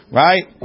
right